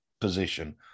position